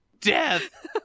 Death